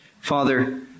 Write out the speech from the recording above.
Father